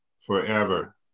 forever